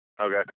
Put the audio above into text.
Okay